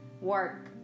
work